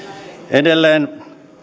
edelleen